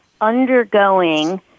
undergoing